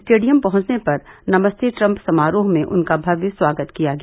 stadium पहुंचने पर Namaste Trump समारोह में उनका भव्य स्वागत किया गया